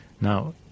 Now